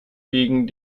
gegen